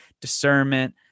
discernment